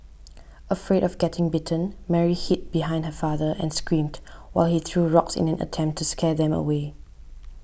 afraid of getting bitten Mary hid behind her father and screamed while he threw rocks in an attempt to scare them away